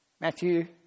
Matthew